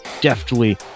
deftly